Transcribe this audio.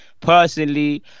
Personally